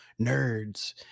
nerds